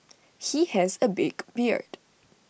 he has A big beard